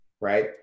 right